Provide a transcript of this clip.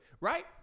right